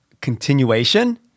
continuation